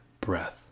breath